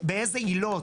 באילו עילות,